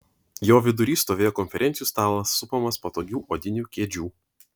jo vidury stovėjo konferencijų stalas supamas patogių odinių kėdžių